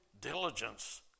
diligence